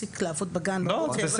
אני לא חושבת